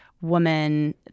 woman